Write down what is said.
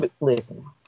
listen